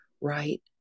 right